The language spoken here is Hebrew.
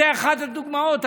זו אחת הדוגמאות.